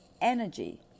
energy